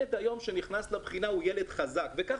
לא